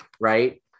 right